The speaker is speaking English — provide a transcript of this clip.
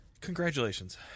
Congratulations